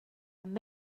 amb